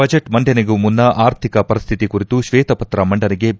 budget ಮಂಡನೆಗೂ ಮುನ್ನ ಆರ್ಥಿಕ ಪರಿಸ್ವಿತಿ ಕುರಿತು ಶ್ವೇತಪತ್ರ ಮಂಡನೆಗೆ ಬಿ